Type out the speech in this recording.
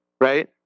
right